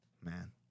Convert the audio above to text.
Man